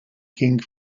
king